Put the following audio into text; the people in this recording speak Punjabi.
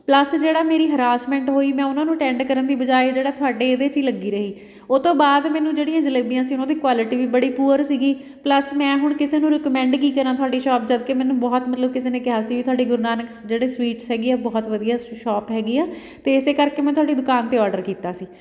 ਪਲੱਸ ਜਿਹੜਾ ਮੇਰੀ ਹਰਾਸਮੈਂਟ ਹੋਈ ਮੈਂ ਉਹਨਾਂ ਨੂੰ ਅਟੈਂਡ ਕਰਨ ਦੀ ਬਜਾਏ ਜਿਹੜਾ ਤੁਹਾਡੇ ਇਹਦੇ 'ਚ ਹੀ ਲੱਗੀ ਰਹੀ ਉਹ ਤੋਂ ਬਾਅਦ ਮੈਨੂੰ ਜਿਹੜੀਆਂ ਜਲੇਬੀਆਂ ਸੀ ਉਹਨਾਂ ਦੀ ਕੁਆਲਿਟੀ ਵੀ ਬੜੀ ਪੂਅਰ ਸੀਗੀ ਪਲੱਸ ਮੈਂ ਹੁਣ ਕਿਸੇ ਨੂੰ ਰਿਕਮੈਂਡ ਕੀ ਕਰਾਂ ਤੁਹਾਡੀ ਸ਼ੌਪ ਜਦਕਿ ਮੈਨੂੰ ਬਹੁਤ ਮਤਲਬ ਕਿਸੇ ਨੇ ਕਿਹਾ ਸੀ ਵੀ ਤੁਹਾਡੀ ਗੁਰੂ ਨਾਨਕ ਜਿਹੜੇ ਸਵੀਟਸ ਹੈਗੀ ਆ ਬਹੁਤ ਵਧੀਆ ਸ਼ੌਪ ਹੈਗੀ ਆ ਅਤੇ ਇਸ ਕਰਕੇ ਮੈਂ ਤੁਹਾਡੀ ਦੁਕਾਨ 'ਤੇ ਔਡਰ ਕੀਤਾ ਸੀ